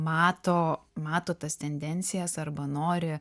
mato mato tas tendencijas arba nori